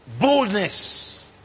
Boldness